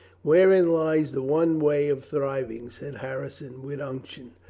wherein lies the one way of thriving, said har rison, with unction.